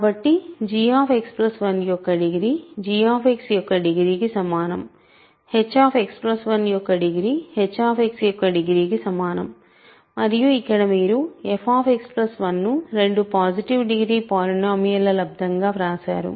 కాబట్టి gX1 యొక్క degree g యొక్క డిగ్రీకి సమానం hX1 యొక్క డిగ్రీ h యొక్క డిగ్రీకి సమానం మరియు ఇక్కడ మీరు fX1 ను రెండు పాజిటివ్ డిగ్రీ పోలినోమియల్ ల లబ్దం గా వ్రాశారు